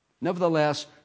Nevertheless